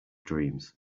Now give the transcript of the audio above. dreams